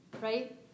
Right